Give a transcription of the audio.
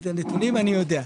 את הנתונים אני יודע.